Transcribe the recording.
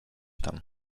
tam